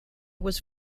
was